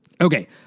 Okay